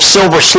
Silver